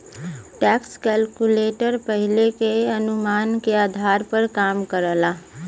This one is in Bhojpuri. टैक्स कैलकुलेटर पहिले के अनुमान के आधार पर काम करला